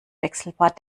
wechselbad